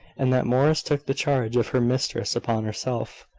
and that morris took the charge of her mistress upon herself.